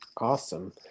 awesome